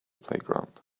playground